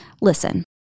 listen